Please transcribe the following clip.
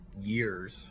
years